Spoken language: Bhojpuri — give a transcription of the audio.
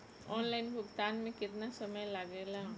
ऑनलाइन भुगतान में केतना समय लागेला?